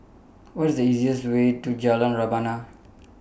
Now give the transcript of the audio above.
What IS The easiest Way to Jalan Rebana